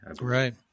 Right